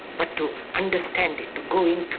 but to understand it, to go into it,